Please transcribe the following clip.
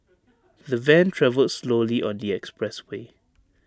the van travelled slowly on the expressway